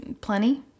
plenty